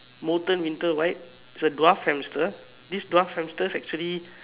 molten winter white it was a dwarf hamster this dwarf hamsters actually